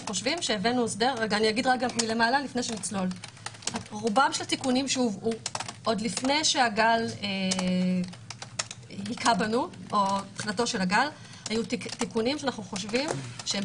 רוב התיקונים שהובאו לפני תחילת הגל היו תיקונים שאנו חושבים שהם